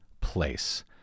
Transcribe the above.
place